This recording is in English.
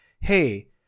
hey